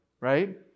Right